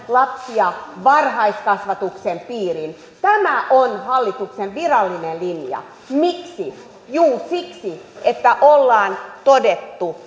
lapsia varhaiskasvatuksen piiriin tämä on hallituksen virallinen linja miksi siksi että ollaan todettu